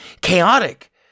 chaotic